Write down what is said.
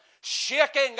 shaking